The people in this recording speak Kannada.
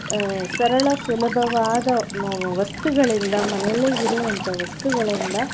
ಸರಳ ಸುಲಭವಾದ ವಸ್ತುಗಳಿಂದ ಮನೆಯಲ್ಲೇ ಇರುವಂಥ ವಸ್ತುಗಳಿಂದ